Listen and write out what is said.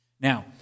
Now